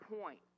point